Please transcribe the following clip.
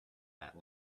that